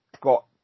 got